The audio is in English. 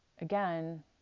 again